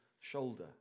shoulder